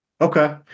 Okay